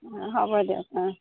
হ'ব দিয়ক অঁ